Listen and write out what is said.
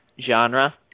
genre